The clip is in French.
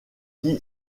qui